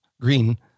Green